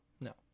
no